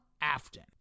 Afton